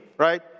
right